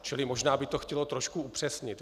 Čili možná by to chtělo trošku upřesnit.